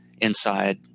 inside